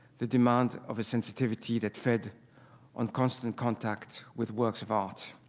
the demands of a sensitivity that fed on constant contact with works of art.